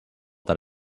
that